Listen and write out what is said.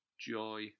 Joy